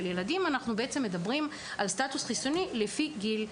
ילדים אנחנו מדברים על סטאטוס חיסוני לפי גיל.